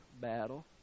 battle